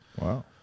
Wow